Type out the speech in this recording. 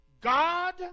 God